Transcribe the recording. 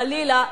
חלילה,